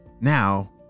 Now